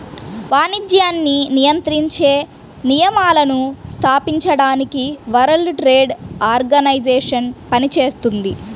వాణిజ్యాన్ని నియంత్రించే నియమాలను స్థాపించడానికి వరల్డ్ ట్రేడ్ ఆర్గనైజేషన్ పనిచేత్తుంది